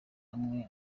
hamwe